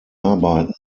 arbeiten